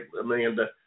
Amanda